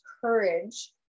courage